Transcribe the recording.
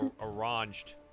arranged